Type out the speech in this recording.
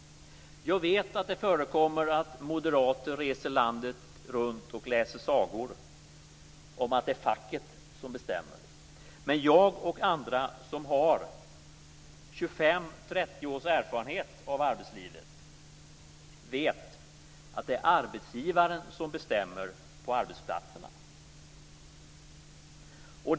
Jag vet att det förekommer att moderater reser landet runt och läser sagor om att det är facket som bestämmer. Men jag och andra som har 25-30 års erfarenhet av arbetslivet vet att det är arbetsgivarna som bestämmer på arbetsplatserna.